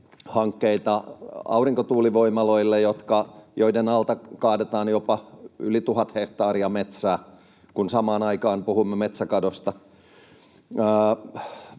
hankkeita aurinko-tuulivoimaloille, joiden alta kaadetaan jopa yli tuhat hehtaaria metsää, kun samaan aikaan puhumme metsäkadosta.